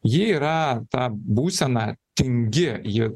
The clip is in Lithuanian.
ji yra ta būsena tingi ji